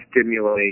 stimulate